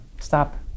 stop